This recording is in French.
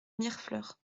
mirefleurs